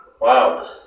Wow